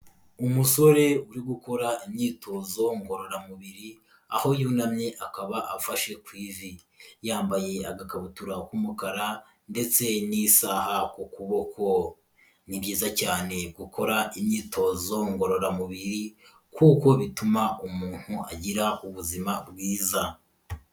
Umusore uri gukora imyitozo ngororamubiri aho yunamye akaba afashe ku ivi, yambaye agakabutura k'umukara ndetse n'isaha ku kuboko, ni byiza cyane gukora imyitozo ngororamubiri kuko bituma umuntu agira ubuzima bwiza.